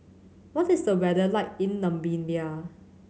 what is the weather like in Namibia